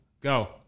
Go